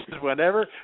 whenever